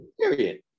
period